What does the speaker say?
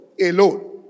alone